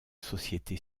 société